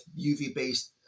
UV-based